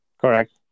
correct